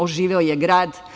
Oživeo je grad.